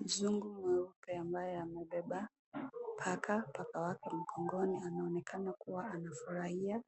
Mzungu mweupe ambaye amebeba paka wake mgongoni. Anaonekana kuwa anafurahia